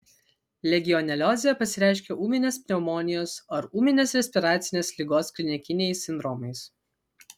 legioneliozė pasireiškia ūminės pneumonijos ar ūminės respiracinės ligos klinikiniais sindromais